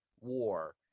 war